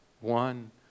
one